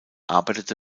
arbeitete